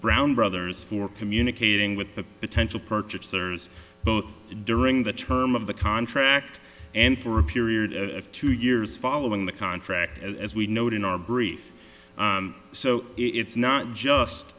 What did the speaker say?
brown brothers for communicating with the potential purchasers both during the term of the contract and for a period of two years following the contract as we know it in our brief so it's not just